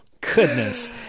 Goodness